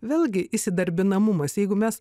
vėlgi įsidarbinamumas jeigu mes